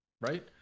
Right